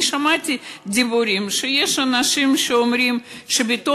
אני שמעתי דיבורים שיש אנשים שאומרים שלא